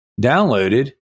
downloaded